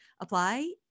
apply